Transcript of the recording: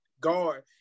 guard